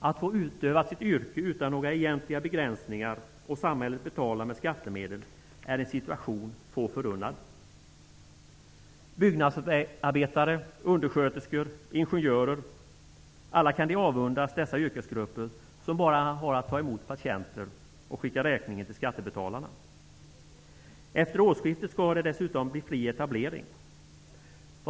Att få utöva sitt yrke utan några egentliga begränsningar när samhället betalar med skattemedel är en situation som är få förunnad. Byggnadsarbetare, undersköterskor och ingenjörer kan alla avundas dessa yrkesgrupper som bara har att ta emot patienter och skicka räkningen till skattebetalarna. Efter årskiftet skall dessutom fri etablering råda.